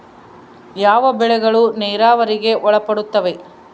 ಯಾವ ಬೆಳೆಗಳು ನೇರಾವರಿಗೆ ಒಳಪಡುತ್ತವೆ?